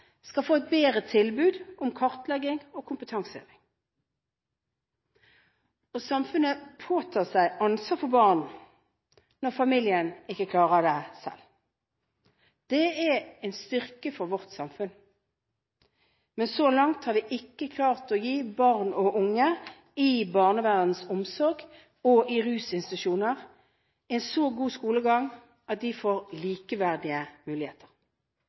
skal få et bedre tilbud om kartlegging og kompetanseheving. Samfunnet påtar seg et ansvar for barn når familien ikke klarer det selv. Det er en styrke for vårt samfunn. Men så langt har vi ikke klart å gi barn og unge i barnevernets omsorg og i rusinstitusjoner en så god skolegang at de får likeverdige muligheter.